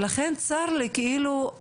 ולכן צר לי שהאמירות,